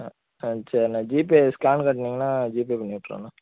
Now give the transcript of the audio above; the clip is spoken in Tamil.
ஆ ஆ சரிண்ணே ஜீபே ஸ்கேன் காட்டினிங்கன்னா ஜீபே பண்ணிவிட்டுருவேண்ணா